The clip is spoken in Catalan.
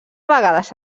vegades